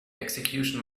execution